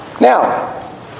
Now